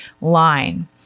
line